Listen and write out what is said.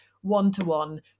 one-to-one